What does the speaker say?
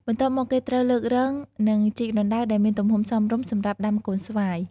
បន្ទាប់មក គេត្រូវលើករង ឬជីករណ្ដៅដែលមានទំហំសមរម្យ សម្រាប់ដាំកូនស្វាយ។